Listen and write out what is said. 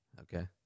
Okay